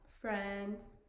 Friends